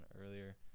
earlier